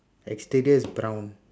exterior is brown